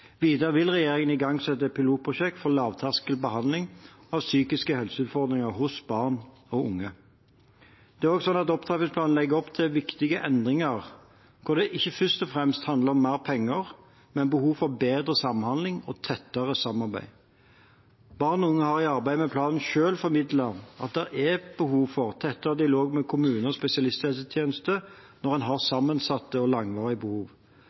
Videre vil regjeringen igangsette et pilotprosjekt for lavterskelbehandling av psykiske helseutfordringer hos barn og unge. Opptrappingsplanen legger også opp til viktige endringer hvor det ikke først og fremst handler om mer penger, men behov for bedre samhandling og tettere samarbeid. Barn og unge har i arbeidet med planen selv formidlet at det er et behov for tettere dialog med kommune og spesialisthelsetjeneste når en har sammensatte og langvarige behov.